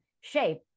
shape